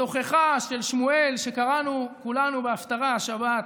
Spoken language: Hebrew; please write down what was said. בתוכחה של שמואל שקראנו כולנו בהפטרה השבת: